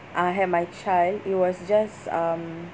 I had my child it was just um